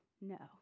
No